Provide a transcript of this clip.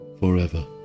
forever